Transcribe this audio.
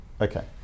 Okay